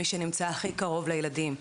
מי שנמצא הכי קרוב לילדים,